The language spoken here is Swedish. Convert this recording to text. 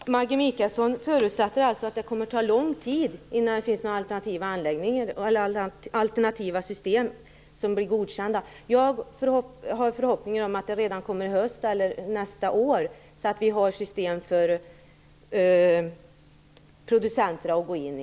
Herr talman! Maggi Mikaelsson förutsätter att det kommer att ta lång tid innan det finns några alternativa anläggningar och alternativa system som blir godkända. Jag har förhoppningen att de redan kommer i höst eller nästa år, så att vi har system för producenterna att gå in i.